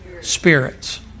spirits